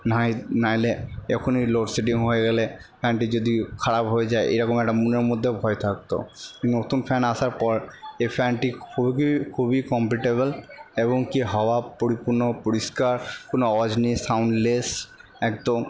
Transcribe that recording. নাই নাইলে এখুনি লোডশেডিং হয়ে গেলে ফ্যানটি যদি খারাপ হয়ে যায় এরকম একটা মনের মধ্যেও ভয় থাকতো নতুন ফ্যান আসার পর এই ফ্যানটি খুবই খুবই কমফোর্টেবল এবং কি হাওয়া পরিপূর্ণ পরিষ্কার কোনো আওয়াজ নেই সাউন্ডলেস একদম